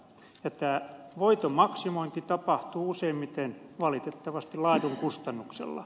ja tämä voiton maksimointi tapahtuu useimmiten valitettavasti laadun kustannuksella